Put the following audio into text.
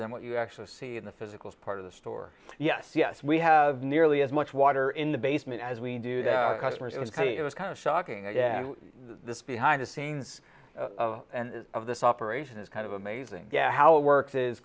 than what you actually see in the physical part of the store yes yes we have nearly as much water in the basement as we do the customers it was kind of it was kind of shocking this behind the scenes of this operation is kind of amazing how it works is